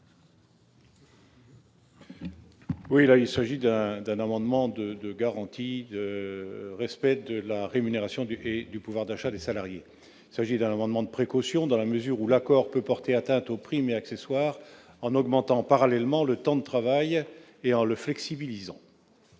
Tourenne. Cet amendement vise à garantir le respect de la rémunération et du pouvoir d'achat des salariés. Il s'agit d'un amendement de précaution, dans la mesure où l'accord peut porter atteinte aux primes et accessoires de salaire en augmentant parallèlement le temps de travail et en le flexibilisant.